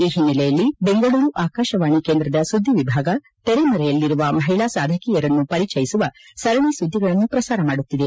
ಈ ಒನ್ನೆಲೆಯಲ್ಲಿ ಬೆಂಗಳೂರು ಆಕಾಶವಾಣಿ ಕೇಂದ್ರದ ಸುದ್ದಿ ವಿಭಾಗ ತೆರೆಮರೆಯಲ್ಲಿರುವ ಮಹಿಳಾ ಸಾಧಕಿಯರನ್ನು ಪರಿಜಯಿಸುವ ಸರಣಿ ಸುದ್ದಿಗಳನ್ನು ಪ್ರಸಾರ ಮಾಡುತ್ತಿದೆ